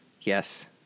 Yes